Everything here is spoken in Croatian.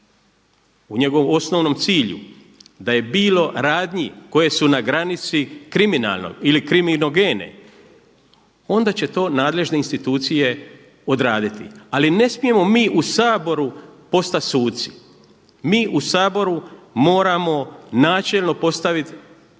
u njegovom osnovnom cilju da je bilo radnji koje su na granici kriminalnog ili kriminogene onda će to nadležne institucije odraditi. Ali ne smijemo mi u Saboru postat suci. Mi u Saboru moramo načelno postavit